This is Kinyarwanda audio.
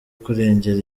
kurengera